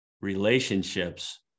relationships